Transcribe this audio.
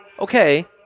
okay